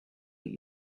what